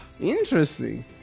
interesting